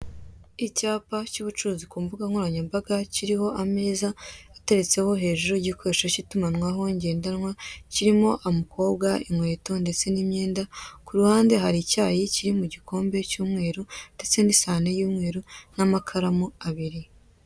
Icyapa cy'ubucururi ku mbugankoranyambaga kiriho ameza ateretseho hejuru igikoresho k'itumanwaho ngendanwa kiriho amukobwa inkweto ndetse n'imyenda. Kuruhande hari icyayi kiri mu gikombe cy'umweru ndetse nisahani y'umweru n'amakaramu abiri.